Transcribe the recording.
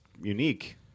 unique